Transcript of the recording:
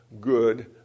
good